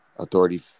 authority